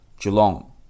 Geelong